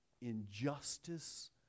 injustice